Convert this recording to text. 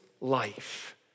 life